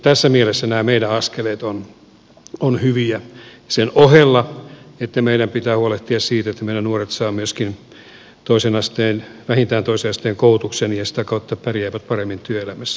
tässä mielessä nämä meidän askeleemme ovat hyviä sen ohella että meidän pitää huolehtia siitä että meidän nuoremme saavat myöskin vähintään toisen asteen koulutuksen ja sitä kautta pärjäävät paremmin työelämässä